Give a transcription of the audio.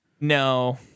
No